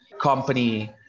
company